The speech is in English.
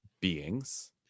beings